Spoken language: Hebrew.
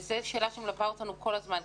וזו שאלה שמלווה אותנו כל הזמן,